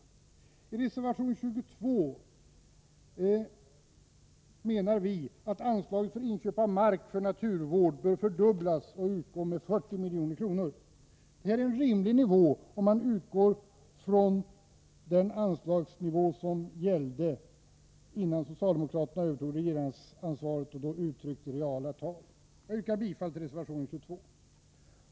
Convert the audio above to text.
I reservation 22 anför vi att anslaget för inköp av mark för naturvård bör fördubblas och utgå med 40 milj.kr. Detta är en rimlig nivå, om man utgår från den anslagsnivå uttryckt i reala tal som gällde innan socialdemokraterna övertog regeringsansvaret. Jag yrkar bifall till reservation 22.